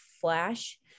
flash